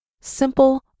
Simple